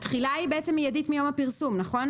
התחילה היא בעצם מיידית מיום הפרסום, נכון?